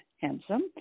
Handsome